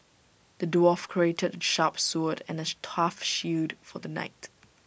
the dwarf crafted A sharp sword and A tough shield for the knight